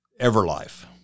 Everlife